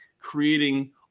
creating